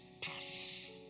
pass